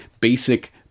basic